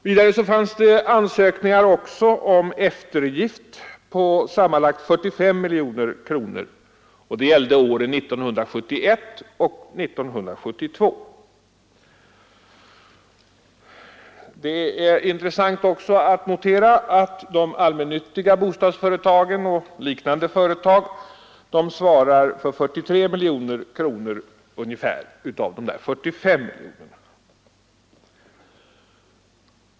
Vidare fanns ansökningar om eftergift för hyresförlustlån på sammanlagt 45 miljoner kronor. Det gällde åren 1971 och 1972. Det är intressant att notera att de allmännyttiga bostadsföretagen och liknande företag svarar för ungefär 43 miljoner kronor av de 45 miljonerna.